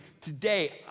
Today